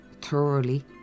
thoroughly